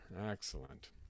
Excellent